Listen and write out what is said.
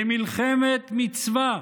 למלחמת מצווה.